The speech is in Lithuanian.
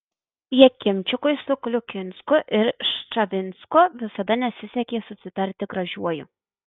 jakimčikui su kliukinsku ir ščavinsku visada nesisekė susitarti gražiuoju